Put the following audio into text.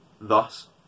Thus